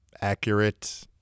accurate